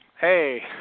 Hey